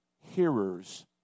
hearers